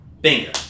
Bingo